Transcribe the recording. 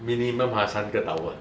minimum ah 三个 tower